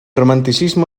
romanticismo